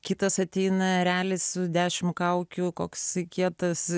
kitas ateina erelis su dešim kaukių koks kietas